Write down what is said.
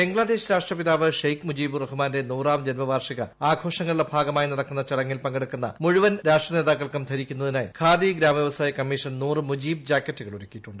ബംഗ്ലാദേശ് രാഷ്ട്രപിതാവ് ഷെയ്ഖ് മുജീബുർ രഹ്മാന്റെ നൂറാം ജന്മവാർഷിക ആഘോഷങ്ങളുടെ ഭാഗമായി നടക്കുന്ന ചടങ്ങിൽ പങ്കെടുക്കുന്ന മുഴുവൻ രാഷ്ട്രനേതാക്കൾക്കും ധരിക്കുന്നതിനായി ഖാദി ഗ്രാമ വ്യവസായ കമ്മീഷൻ നൂറ് മുജീബ് ജാക്കറ്റുകൾ ഒരുക്കിയിട്ടുണ്ട്